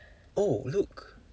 oh look